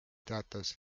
teatas